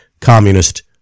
communist